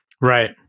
Right